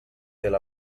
del